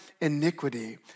iniquity